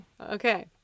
Okay